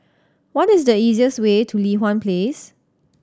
what is the easiest way to Li Hwan Place